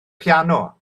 piano